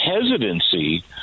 hesitancy